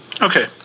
Okay